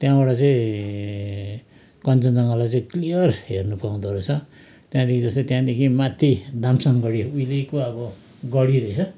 त्यहाँबाट चाहिँ कञ्चनजङ्घालाई चाहिँ क्लियर हेर्नु पाउँदो रहेछ त्यहाँदेखि जस्तै त्यहाँदेखि माथि दामसाङ गढी उहिलेको अब गढी रहेछ